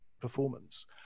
performance